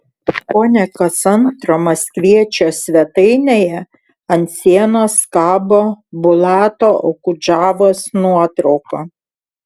kone kas antro maskviečio svetainėje ant sienos kabo bulato okudžavos nuotrauka